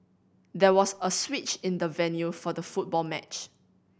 there was a switch in the venue for the football match